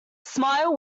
smile